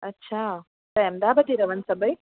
अछा त अहमदाबाद ई रहनि सभई